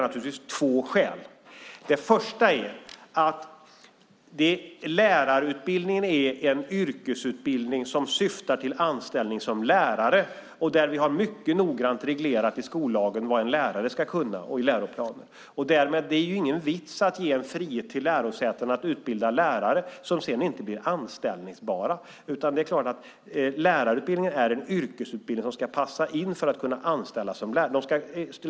Det första är att lärarutbildningen är en yrkesutbildning som syftar till anställning som lärare. Vi har mycket noggrant reglerat i skollagen och i läroplanen vad en lärare ska kunna. Det är ingen vits att ge en frihet till lärosätena att utbilda lärare som sedan inte blir anställningsbara. Lärarutbildningen är en yrkesutbildning som ska göra att man kan anställas som lärare.